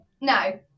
No